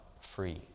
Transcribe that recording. free